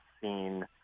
seen